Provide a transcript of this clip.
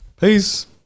Peace